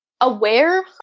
aware